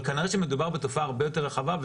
אבל כנראה שמדובר בתופעה הרבה יותר רחבה.